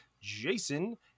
Jason